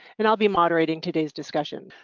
and i'll be moderating today's discussion.